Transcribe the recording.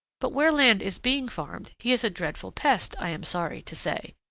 but where land is being farmed he is a dreadful pest, i am sorry to say.